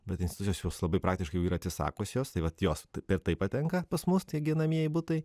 bet institucijos juos labai praktiškai jau yra atsisakiusios tai vat jos ir taip patenka pas mus tie gyvenamieji butai